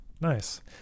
Nice